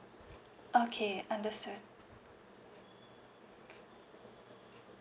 okay understood